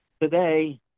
today